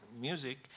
music